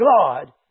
God